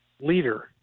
leader